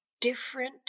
different